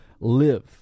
live